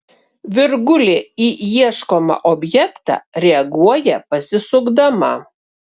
virgulė į ieškomą objektą reaguoja pasisukdama